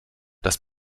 das